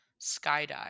Skydive